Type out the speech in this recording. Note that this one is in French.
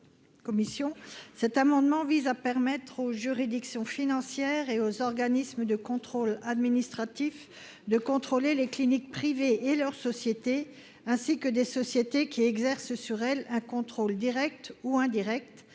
commission cet amendement vise à permettre aux juridictions financières et aux organismes de contrôle administratif, de contrôler les cliniques privées et leurs sociétés ainsi que des sociétés qui exerce sur elle un contrôle Direct ou indirect